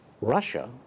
Russia